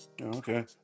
Okay